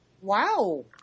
Wow